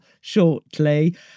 shortly